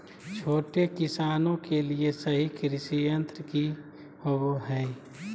छोटे किसानों के लिए सही कृषि यंत्र कि होवय हैय?